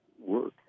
work